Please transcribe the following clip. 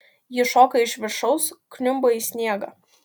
ji šoka iš viršaus kniumba į sniegą